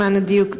למען הדיוק.